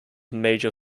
major